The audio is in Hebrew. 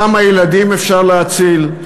כמה ילדים אפשר להציל?